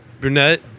Brunette